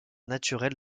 naturelle